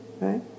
right